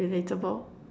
relatable